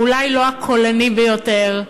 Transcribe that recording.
אולי לא הקולני ביותר,